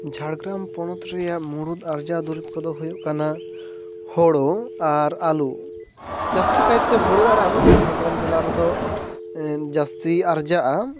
ᱡᱷᱟᱲᱜᱨᱟᱢ ᱯᱚᱱᱚᱛ ᱨᱮᱭᱟᱜ ᱢᱩᱲᱩᱫ ᱟᱨᱡᱟᱣ ᱫᱩᱨᱤᱵᱽ ᱠᱚᱫᱚ ᱦᱩᱭᱩᱜ ᱠᱟᱱᱟ ᱦᱳᱲᱳ ᱟᱨ ᱟᱞᱩ ᱡᱟᱹᱥᱛᱤ ᱠᱟᱭᱛᱮ ᱦᱳᱲᱳ ᱟᱨ ᱟᱞᱩ ᱜᱮ ᱡᱷᱟᱲᱜᱨᱟᱢ ᱡᱮᱞᱟ ᱨᱮᱫᱚ ᱡᱟᱹᱥᱛᱤ ᱟᱨᱡᱟᱜᱼᱟ